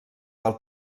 del